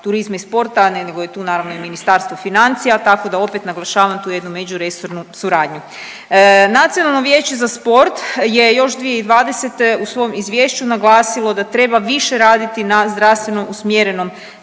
turizma i sporta ne nego je tu naravno i Ministarstvo financija tako da opet naglašavam tu jednu međuresornu suradnju. Nacionalno vijeće za sport je još 2020. u svom izvješću naglasilo da treba više raditi na zdravstveno usmjerenom